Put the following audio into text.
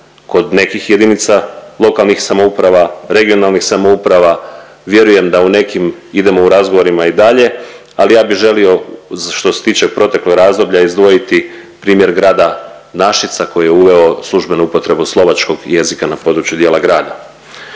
kod nekih JLS, regionalnih samouprava, vjerujem da u nekim idemo u razborima i dalje, al ja bi želio što se tiče proteklog razdoblja izdvojiti primjer grada Našica koji je uveo službenu upotrebu slovačkog jezika na području dijela grada.